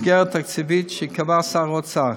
מסגרת תקציבית שקבע שר האוצר,